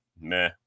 meh